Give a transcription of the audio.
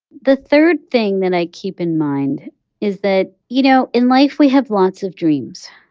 the third thing that i keep in mind is that, you know, in life, we have lots of dreams.